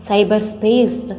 Cyberspace